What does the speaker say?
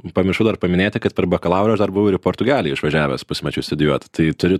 pamiršau dar paminėti kad per bakalaurą aš dar buvau ir į portugaliją išvažiavęs pusmečiui studijuot tai turi